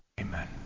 Amen